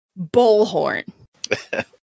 Bullhorn